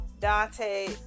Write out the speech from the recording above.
Dante